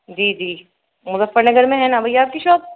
جی جی مظفر نگر میں ہے نا بھیا آپ کی شاپ